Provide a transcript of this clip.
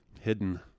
hidden